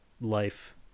life